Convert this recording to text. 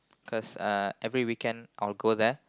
cause uh every weekend I'll go there